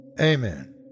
Amen